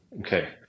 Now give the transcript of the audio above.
okay